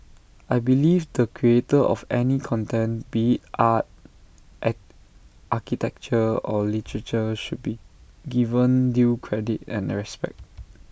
I believe the creator of any content be are art architecture or literature should be given due credit and respect